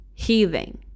healing